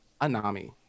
Anami